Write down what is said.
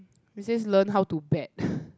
it says learn how to bet